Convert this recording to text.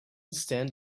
stand